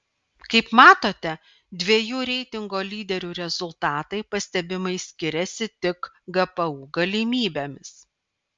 kaip matote dviejų reitingo lyderių rezultatai pastebimai skiriasi tik gpu galimybėmis